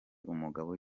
umugabo